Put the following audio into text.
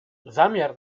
zamiar